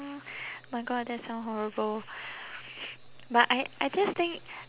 mm my god that sounds horrible but I I just think